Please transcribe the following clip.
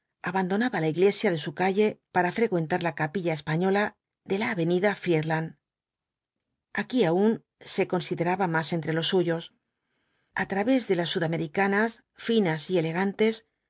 naba la iglesia de su calle para frecuentar la capilla española de la avenida friedland aquí aun se conaidelos cuatro jinbtb dbl apocalipsis raba más entre los suyos a través de las sudamericanas finas y alegrantes